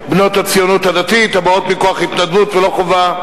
בנות הציונות הדתית, הבאות מכוח התנדבות ולא חובה,